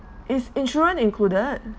is insurance included